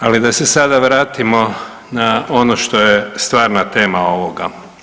Ali da se sada vratimo na ono što je stvarna tema ovoga.